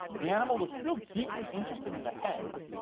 the animal was still deeply interested in the hens,